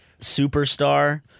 superstar